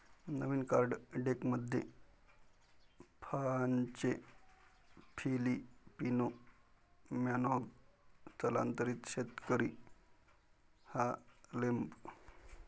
नवीन card डेकमध्ये फाहानचे Filipino Manong स्थलांतरित शेतकरी हार्लेम